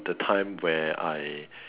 the time where I